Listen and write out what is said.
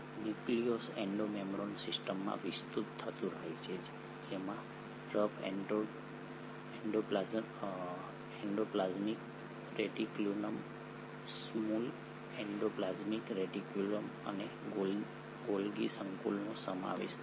nucleus endomembrane સિસ્ટમમાં વિસ્તૃત થતું રહે છે જેમાં rough endoplasmic reticulum smooth endoplasmic reticulum અને ગોલ્ગી સંકુલનો સમાવેશ થાય છે